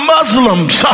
Muslims